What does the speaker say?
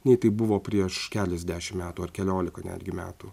nei tai buvo prieš keliasdešim metų ar keliolika netgi metų